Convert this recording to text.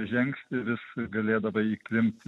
žengsi vis galėdavai įklimpt